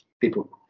People